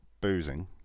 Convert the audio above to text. boozing